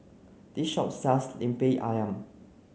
this shop sells Lemper Ayam